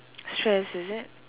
stress is it